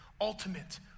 ultimate